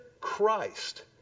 Christ